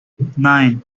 nine